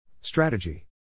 Strategy